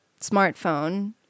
smartphone